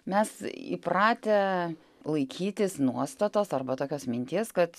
mes įpratę laikytis nuostatos arba tokios minties kad